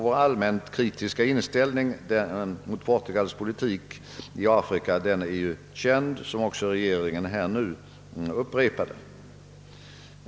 Vår allmänt kritiska inställning till Portugals politik i Afrika är ju känd, så som också regeringen nu har upprepat.